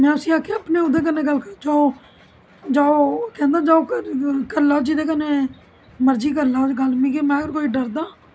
में उसी आखेआ अपने ओहदे कन्नै गल्ल कराओ कैंहदा जाओ करी लेओ जेहदे कन्नै मर्जी करी लेओ गल्ल में कोई डरदा